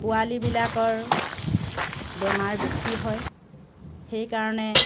পোৱালিবিলাকৰ বেমাৰ বেছি হয় সেইকাৰণে